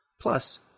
Plus